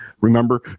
remember